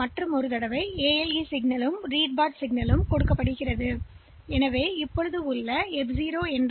எனவே இது இங்கே ஹெக்ஸ் 02இங்கே 0 மற்றும் ALE சிக்னலுப் பெறுகிறது மேலும்மெமரி ஆர்